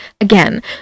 again